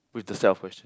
with the set of question